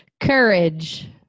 Courage